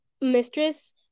Mistress